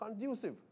conducive